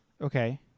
Okay